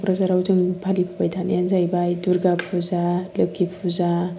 क'क्राझाराव जों फालिबोबाय थानायानो जाहैबाय दुर्गा फुजा लोखि फुजा